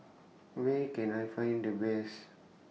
Where Can I Find The Best